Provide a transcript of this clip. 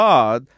God